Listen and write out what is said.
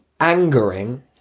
angering